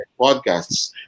podcasts